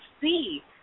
see